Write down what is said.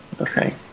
okay